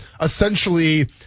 essentially –